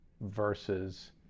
versus